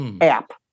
app